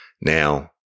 Now